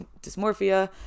dysmorphia